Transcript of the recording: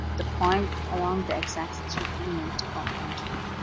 the point along the x-axis would be negative one point two eight